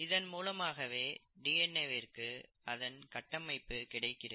இதன் மூலமாகவே டிஎன்ஏ விற்கு அதன் கட்டமைப்பு கிடைக்கிறது